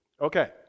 Okay